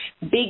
big